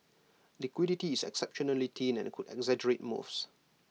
liquidity is exceptionally thin and could exaggerate moves